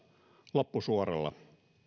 loppusuoralla